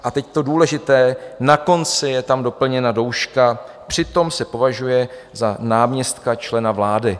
A teď to důležité, na konci je tam doplněna douška přitom se považuje za náměstka člena vlády.